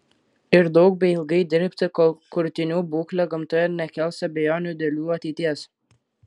ir daug bei ilgai dirbti kol kurtinių būklė gamtoje nekels abejonių dėl jų ateities